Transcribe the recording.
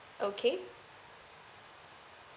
okay